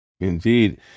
Indeed